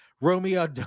Romeo